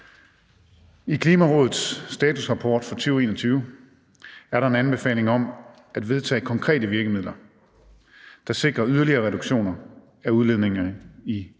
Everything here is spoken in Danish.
I Klimarådets statusrapport for 2021 er der en anbefaling om, at »vedtage konkrete virkemidler, der sikrer yderligere reduktioner af udledningerne i 2030.